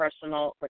Personal